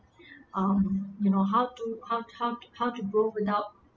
um you know how to how how how to grow without